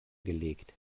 gelegt